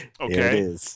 okay